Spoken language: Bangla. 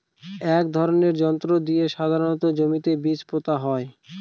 এক ধরনের যন্ত্র দিয়ে সাধারণত জমিতে বীজ পোতা হয়